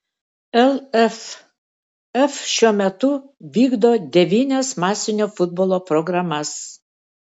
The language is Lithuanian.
lff šiuo metu vykdo devynias masinio futbolo programas